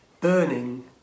burning